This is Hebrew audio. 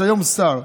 שהיום הוא שר: